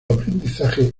aprendizaje